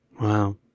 wow